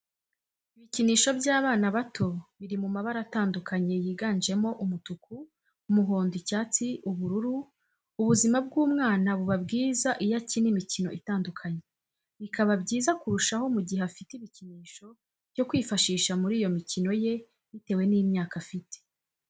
Ibikinisho by'abana bato biri mu mabara atandukanye yiganjemo umutuku, umuhondo, icyatsi, ubururu , ubuzima bw'umwana buba bwiza iyo akina imikino itandukanye, bikaba byiza kurushaho mu gihe afite ibikinisho byo kwifashisha muri iyo mikino ye bitewe n'imyaka afite.